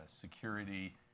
security